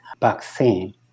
vaccine